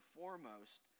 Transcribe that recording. foremost